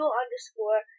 underscore